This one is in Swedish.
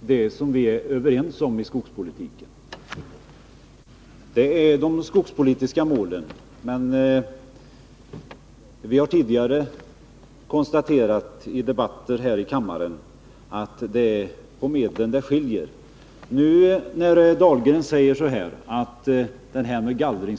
det som vi är överens om i skogspolitiken, nämligen de skogspolitiska målen. Men vi har tidigare konstaterat i debatter här i kammaren att vår uppfattning när det gäller medlen för att nå dessa mål skiljer sig.